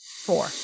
four